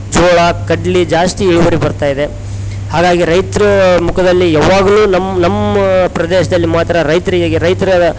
ಜೋಳ ಕಡ್ಲೆ ಜಾಸ್ತಿ ಇಳುವರಿ ಬರ್ತಾ ಇದೆ ಹಾಗಾಗಿ ರೈತರ ಮುಖದಲ್ಲಿ ಯಾವಾಗ್ಲು ನಮ್ಮ ನಮ್ಮ ಪ್ರದೇಶದಲ್ಲಿ ಮಾತ್ರ ರೈತರಿಗೆ ಈಗ ರೈತರ